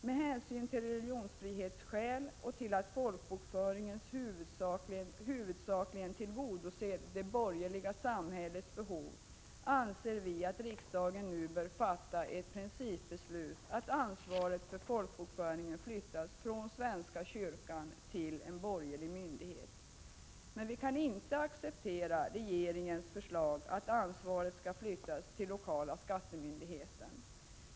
Med hänsyn till religionsfrihetsskäl och till att folkbokföringen huvudsakligen tillgodoser det borgerliga samhällets behov anser vi att riksdagen nu bör fatta ett principbeslut om att ansvaret för folkbokföringen flyttas från svenska kyrkan till en borgerlig myndighet. Men vi kan inte acceptera regeringens förslag att ansvaret skall flyttas till lokala skattemyndigheten.